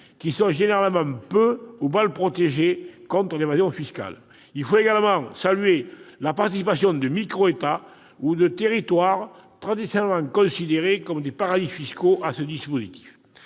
qui sont généralement peu ou mal protégés contre l'évasion fiscale. Il faut également saluer la participation à ce dispositif de micro-États ou de territoires traditionnellement considérés comme paradis fiscaux. J'émettrai